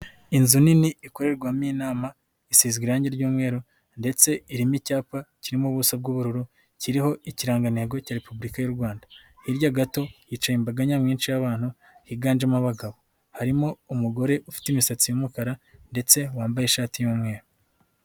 Inzu nini ikorerwamo inama. Isizwe irangi ry'umweru ndetse irimo icyapa kirimo ubuso bw'ubururu. Kiriho ikirangantego cya Repubulika y'u Rwanda. Hirya gato hicaye imbaga nyamwinshi y'abana higanjemo abagabo. Harimo umugore ufite imisatsi y'umukara ndetse wambaye ishati y'umweru.